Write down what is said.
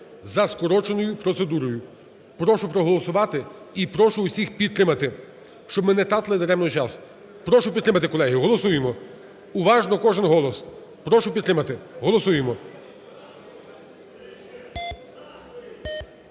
за скороченою процедурою. Прошу проголосувати і прошу всіх підтримати. Щоб ми не тратили даремно час. Прошу підтримати, колеги, голосуємо уважно, кожен голос. Прошу підтримати. Голосуємо.